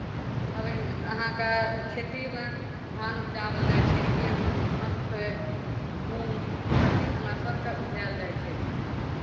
तब अहाँके खेतीमे धान उपजाबल जाइ छै गेहूँ मक्कइ मूँग हरचीज हमरा सभके उपजायल जाइ छै